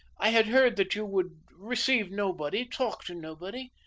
i had heard that you would receive nobody talk to nobody.